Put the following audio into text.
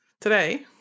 today